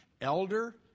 elder